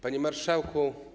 Panie Marszałku!